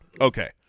Okay